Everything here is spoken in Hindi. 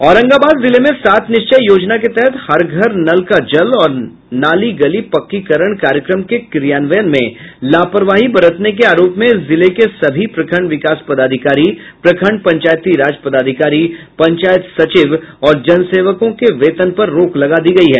औरंगाबाद जिले में सात निश्चय योजना के तहत हर घर नल का जल और नाली गली पक्कीकरण कार्यक्रम के क्रियान्वयन में लापरवाही बरतने के आरोप में जिले के सभी प्रखंड विकास पदाधिकारी प्रखंड पंचायती राज पदाधिकारी पंचायत सचिव और जनसेवकों के वेतन पर रोक लगा दी गयी है